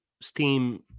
steam